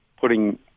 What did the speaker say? putting